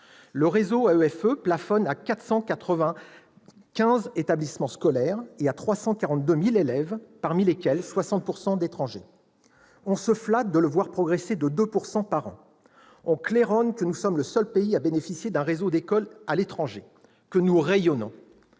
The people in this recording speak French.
Le réseau de l'AEFE plafonne à 495 établissements scolaires et à 342 000 élèves, dont 60 % d'étrangers. On se flatte de le voir progresser de 2 % par an. On claironne que nous sommes le seul pays à bénéficier d'un réseau d'écoles à l'étranger, que nous rayonnons